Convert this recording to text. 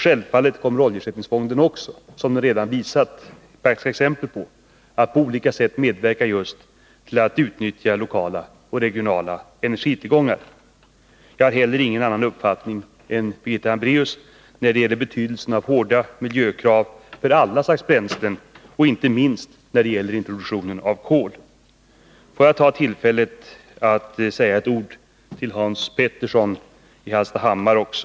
Självfallet kommer oljeersättningsfonden också, som det redan visats praktiska exempel på, att på olika sätt medverka just till att utnyttja lokala och regionala energitillgångar. Jag har heller ingen annan uppfattning än Birgitta Hambraeus när det gäller betydelsen av hårda miljökrav för alla slags bränslen och inte minst när det gäller introduktionen av kol. Får jag sedan ta tillfället att säga ett ord till Hans Petersson i Hallstahammar också?